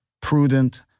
prudent